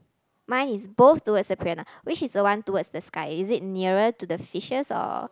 mine is both towards the piranha lah which is the one towards the sky is it nearer to the fishes or